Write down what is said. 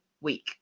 week